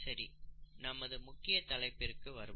சரி நமது முக்கிய தலைப்பிற்கு வருவோம்